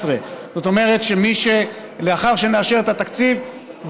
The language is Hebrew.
זאת אומרת שלאחר שנאשר את התקציב,